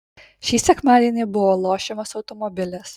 šį sekmadienį buvo lošiamas automobilis